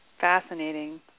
Fascinating